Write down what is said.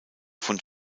von